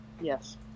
Yes